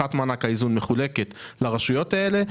נוסחת מענק האיזון מחולקת לרשויות האלה.